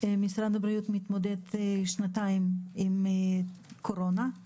משרד הבריאות מתמודד שנתיים עם קורונה,